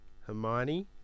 Hermione